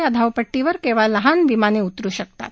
या धावपट्टीवर केवळ लहान विमाने उतरू शकतात